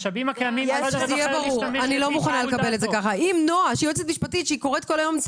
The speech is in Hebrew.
אני לא מוכנה לקבל את זה ככה.